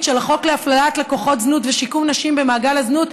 של החוק להפללת לקוחות זנות ושיקום נשים במעגל הזנות,